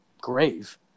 grave